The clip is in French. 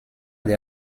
des